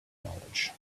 knowledge